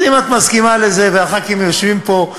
אז אם את מסכימה לזה וחברי הכנסת יושבים פה,